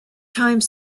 time